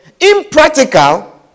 impractical